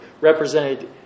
represented